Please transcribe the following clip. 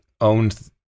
owned